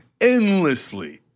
endlessly